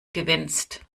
gewinnst